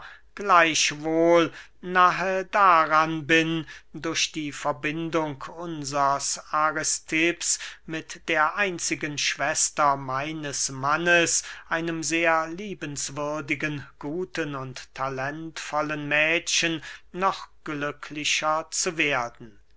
gleichwohl nahe daran bin durch die verbindung unsers aristipps mit der einzigen schwester meines mannes einem sehr liebenswürdigen guten und talentvollen mädchen noch glücklicher zu werden